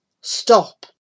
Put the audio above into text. stop